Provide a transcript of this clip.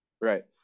Right